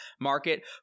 market